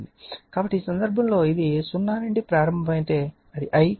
కాబట్టి ఈ సందర్భంలో ఇది 0 నుండి ప్రారంభమైతే అది I